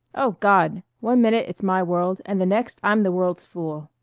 oh, god! one minute it's my world, and the next i'm the world's fool.